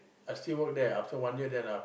I still work there after one year then I